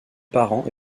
parents